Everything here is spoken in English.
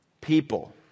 people